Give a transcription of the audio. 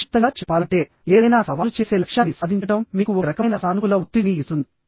సంక్షిప్తంగా చెప్పాలంటే ఏదైనా సవాలు చేసే లక్ష్యాన్ని సాధించడం మీకు ఒక రకమైన సానుకూల ఒత్తిడిని ఇస్తుంది